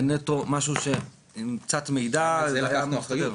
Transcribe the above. זה נטו משהו שעם קצת מידע היה --- לקחנו אחריות.